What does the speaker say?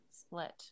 split